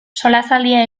solasaldia